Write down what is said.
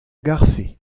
garfe